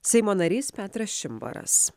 seimo narys petras čimbaras